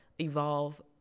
evolve